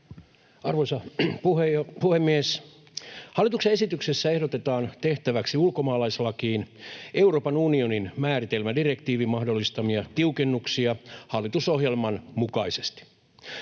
Arvoisa puhemies! Hallituksen esityksessä ehdotetaan tehtäväksi ulkomaalaislakiin Euroopan unionin määritelmädirektiivin mahdollistamia tiukennuksia hallitusohjelman mukaisesti.